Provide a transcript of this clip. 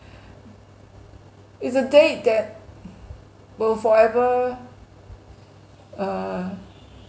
it's a date that will forever err